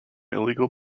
illegal